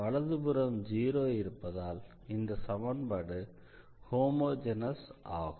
வலதுபுறம் 0 இருப்பதால் இந்த சமன்பாடு ஹோமொஜெனஸ் ஆகும்